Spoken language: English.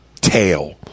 tail